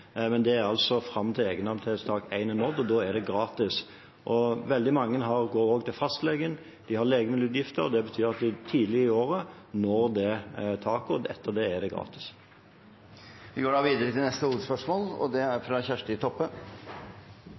Det er fram til egenandelstak 1 er nådd, og så er det gratis. Veldig mange går også til fastlege, og de har legemiddelutgifter. Det betyr at de tidlig på året når det taket – og etterpå er det gratis. Vi går til neste hovedspørsmål. Fleire stadar i landet planlegg sjukehus å korta ned liggjetida for kvinner og